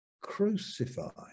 crucified